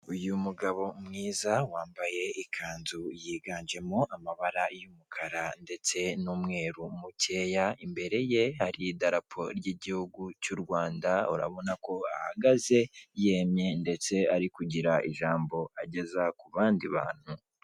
Uyu mugabo mwiza wambaye ikanzu yiganjemo amabara y'umukara ndetse n'umweru mukeya imbere ye hari idarapo ry'igihugu cy'u Rwanda urabona ko ahagaze yemye ndetse ari kugira ijambo ageza ku bandi bantu.